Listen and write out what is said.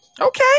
okay